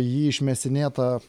jį išmėsinėtą